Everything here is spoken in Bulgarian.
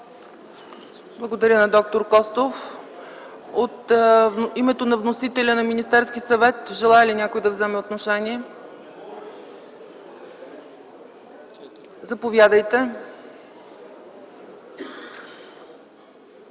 Благодаря на д-р Костов. От името на вносителя - Министерския съвет, желае ли някой да вземе отношение? Заповядайте.